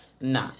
nah